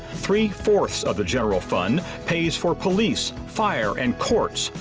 three-fourths of the general fund pays for police, fire, and courts,